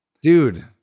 Dude